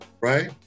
Right